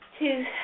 Two